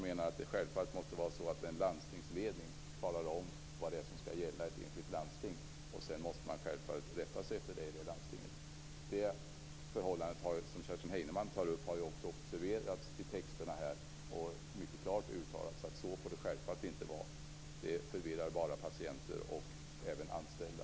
Det måste ju vara så att en landstingsledning anger vad som skall gälla i ett enskilt landsting och att man sedan skall rätta sig efter det. Det förhållande som Kerstin Heinemann tog upp har ju också observerats i utskottets text. Det finns mycket klart uttalat att det självfallet inte får vara så. Det förvirrar bara patienter och anställda.